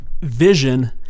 vision